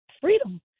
freedom